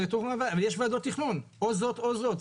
אבל יש ועדות תכנון או זאת או זאת.